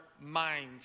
mind